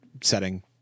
setting